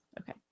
Okay